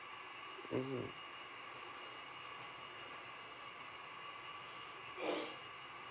mmhmm